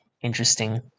interesting